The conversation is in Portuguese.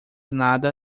nada